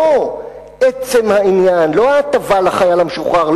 לא עצם העניין ולא ההטבה לחייל המשוחרר,